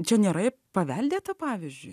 čia nėra paveldėta pavyzdžiui